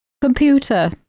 computer